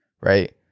Right